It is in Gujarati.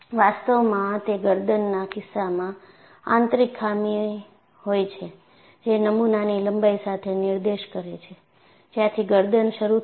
વાસ્તવમાં તે ગરદનના કિસ્સામાં આંતરિક ખામી હોય છે જે નમુનાની લંબાઈ સાથે નિર્દેશ કરે છે જ્યાંથી ગરદન શરૂ થશે